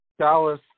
Dallas